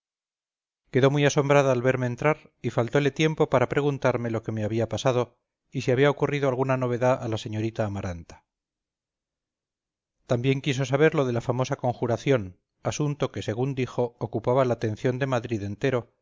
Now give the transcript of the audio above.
quedóse muy asombrada al verme entrar y faltole tiempo para preguntarme lo que me había pasado y si había ocurrido alguna novedad a la señorita amaranta también quiso saber lo de la famosa conjuración asunto que según dijo ocupaba la atención de madrid entero